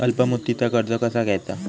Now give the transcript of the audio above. अल्प मुदतीचा कर्ज कसा घ्यायचा?